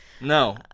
No